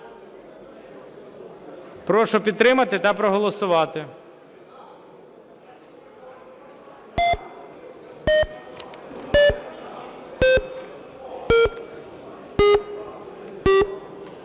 Прошу підтримати та проголосувати.